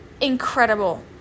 incredible